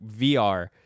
VR